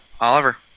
Oliver